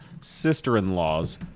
sister-in-law's